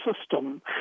system